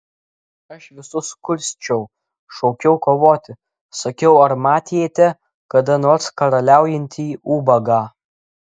aš visus kursčiau šaukiau kovoti sakiau ar matėte kada nors karaliaujantį ubagą